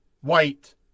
white